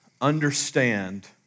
understand